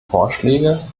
vorschläge